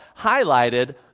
highlighted